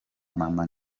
mama